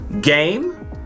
Game